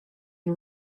and